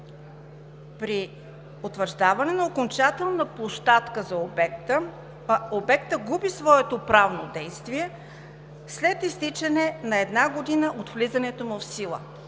„при утвърждаване на окончателна площадка за обекта, обектът губи своето правно действие след изтичане на една година от влизането му в сила“.